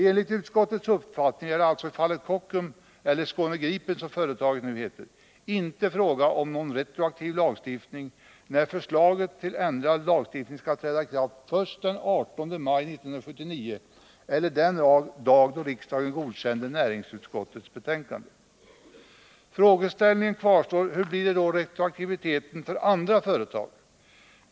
Enligt utskottets uppfattning är det alltså i fallet Kockums — eller Skåne-Gripen, som företaget nu heter — inte fråga om någon retroaktiv lagstiftning, när förslaget till ändrad lagstiftning skulle träda i kraft först den 18 maj 1979 eller den dag då riksdagen godkände näringsutskottets betänkande. Frågan kvarstår hur det då blir med retroaktiviteten för andra företag.